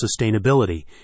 sustainability